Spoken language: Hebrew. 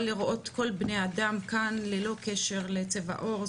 לראות כל בני האדם כאן ללא קשר לצבע העור,